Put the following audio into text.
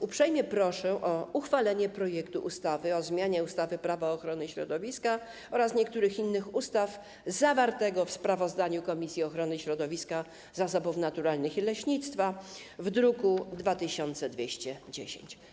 Uprzejmie proszę o uchwalenie projektu ustawy o zmianie ustawy - Prawo ochrony środowiska oraz niektórych innych ustaw zawartego w sprawozdaniu Komisji Ochrony Środowiska, Zasobów Naturalnych i Leśnictwa w druku nr 2210.